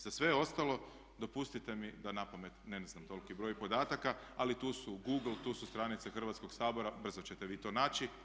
Za sve ostalo dopustite mi da napamet ne znam toliki broj podataka ali tu su su Google, tu su stranice Hrvatskog sabora, brzo ćete vi to naći.